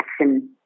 action